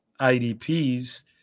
IDPs